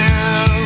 now